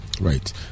Right